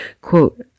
quote